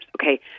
okay